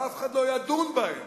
ואף אחד לא ידון בהם,